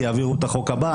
יעבירו את החוק הבא,